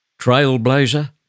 trailblazer